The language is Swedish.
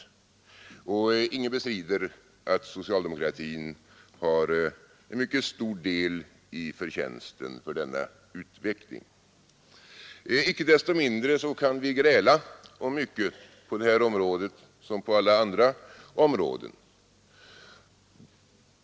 Ingen bestrider att socialdemokratin har en mycket stor del av förtjänsten för denna utveckling. Icke desto mindre kan vi gräla om mycket på detta område liksom på alla andra områden.